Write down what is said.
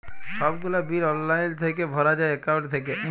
ছব গুলা বিল অললাইল থ্যাইকে ভরা যায় একাউল্ট থ্যাইকে